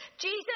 Jesus